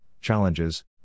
challenges